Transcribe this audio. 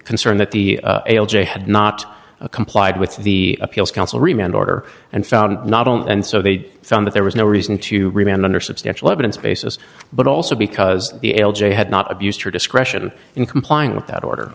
concern that the l g had not complied with the appeals counsel remained order and found not only and so they found that there was no reason to remain under substantial evidence basis but also because the l g had not abused her discretion in complying with that order